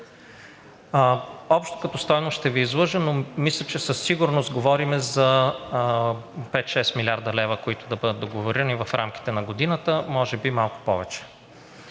Общо като стойност, ще Ви излъжа, но мисля, че със сигурност говорим за 5 – 6 млрд. лв., които да бъдат договорирани в рамките на годината – може би малко повече.